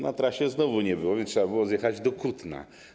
Na trasie znowu nie było stacji, więc trzeba było zjechać do Kutna.